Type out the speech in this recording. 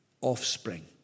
offspring